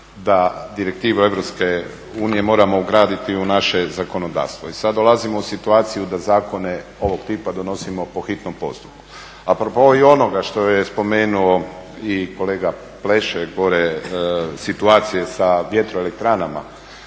da direktiva EU moramo ugraditi u naše zakonodavstvo i sada dolazimo u situaciju da zakone ovog tipa donosimo po hitnom postupku. A propos i onoga što je spomenuo i kolega Pleše pored situacije sa vjetroelektranama,